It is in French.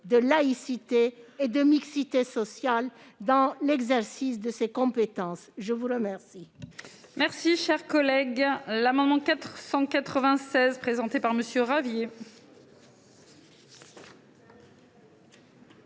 de laïcité et de mixité sociale dans l'exercice de ses compétences. L'amendement